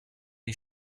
die